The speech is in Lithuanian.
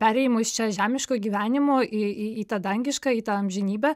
perėjimo iš čia žemiško gyvenimo į į į tą dangišką į tą amžinybę